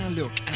look